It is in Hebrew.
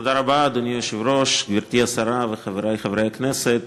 אדוני היושב-ראש, גברתי השרה וחברי חברי הכנסת,